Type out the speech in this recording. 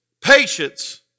patience